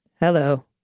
hello